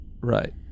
right